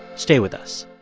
stay with us